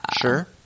Sure